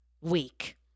week